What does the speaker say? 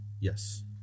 yes